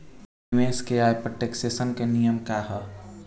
निवेश के आय पर टेक्सेशन के नियम का ह?